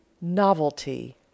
Novelty